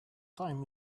time